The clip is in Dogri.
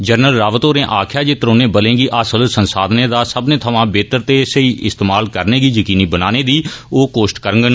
जनरल रावत होरे आक्खेया जे त्रौनें बलें गी हासल संसाधनें दा सब्बनै थमां बेहतर ते सही इस्तेमाल बरते गी यकीनी बनाने दी ओह कोश्ट करगन